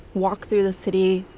walk through the city,